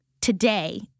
today